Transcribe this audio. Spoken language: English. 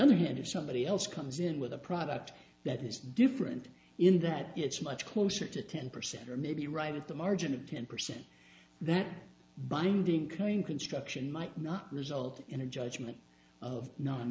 other hand if somebody else comes in with a product that is different in that it's much closer to ten percent or maybe right at the margin of ten percent that binding coming construction might not result in a judgement of non